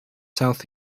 south